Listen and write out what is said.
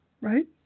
right